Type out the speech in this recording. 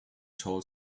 told